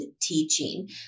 teaching